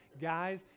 Guys